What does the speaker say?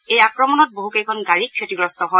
এই আক্ৰমণত বহুকেইখন গাড়ী ক্ষতিগ্ৰস্ত হয়